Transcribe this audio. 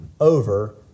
over